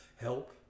help